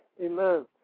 Amen